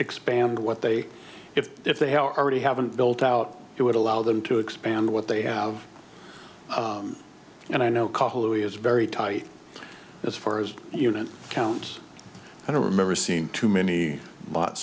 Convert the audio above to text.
expand what they if if they are ready haven't built out it would allow them to expand what they have and i know who is very tight as far as unit counts i don't remember seeing too many